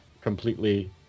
completely